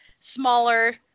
smaller